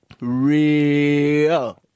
Real